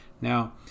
Now